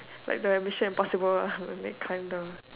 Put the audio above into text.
like the mission impossible ah make time the